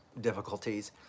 difficulties